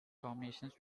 combinations